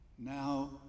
now